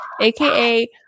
aka